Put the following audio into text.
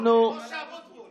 משה אבוטבול.